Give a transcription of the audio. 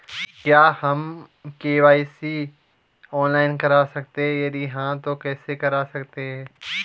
क्या हम KYC online करा सकते हैं यदि हाँ तो कैसे करा सकते हैं?